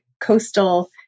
coastal